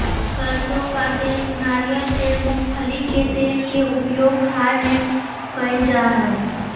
सरसों का तेल नारियल तेल मूंगफली के तेल के उपयोग खाय में कयल जा हइ